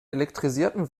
elektrisierten